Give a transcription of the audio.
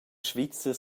svizzer